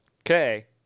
okay